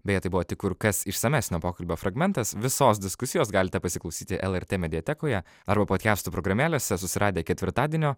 beje tai buvo tik kur kas išsamesnio pokalbio fragmentas visos diskusijos galite pasiklausyti lrt mediatekoje arba podkestų programėlėse susiradę ketvirtadienio